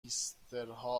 هیپسترها